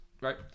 right